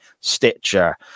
Stitcher